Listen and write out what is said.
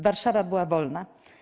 Warszawa była wolna.